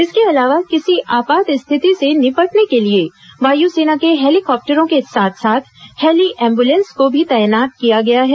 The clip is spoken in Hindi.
इसके अलावा किसी आपात स्थिति से निपटने के लिए वायुसेना के हेलीकॉप्टरों के साथ साथ हेली एंबुलेंस को भी तैनात किया गया है